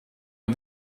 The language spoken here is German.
ich